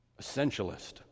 essentialist